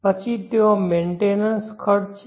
પછી ત્યાં મેન્ટેનન્સ ખર્ચ છે